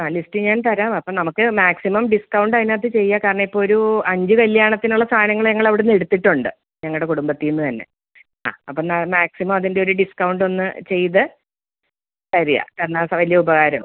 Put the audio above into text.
ആ ലിസ്റ്റ് ഞാൻ തരാം അപ്പം നമുക്ക് മാക്സിമം ഡിസ്കൗണ്ട് അതിനകത്ത് ചെയ്യുക കാരണം ഇപ്പോൾ ഒരു അഞ്ച് കല്യാണത്തിനുള്ള സാധനങ്ങൾ ഞങ്ങൾ അവിടുന്ന് എടുത്തിട്ടുണ്ട് ഞങ്ങളുടെ കുടുംബത്തിൽ നിന്നുതന്നെ ആ അപ്പം മാക്സിമം അതിൻ്റെയൊരു ഡിസ്കൗണ്ട് എന്ന് ചെയ്ത് തരിക തന്നാൽ വലിയ ഉപകാരം